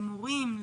למורים,